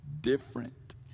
different